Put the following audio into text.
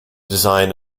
design